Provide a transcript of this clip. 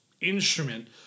instrument